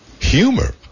humor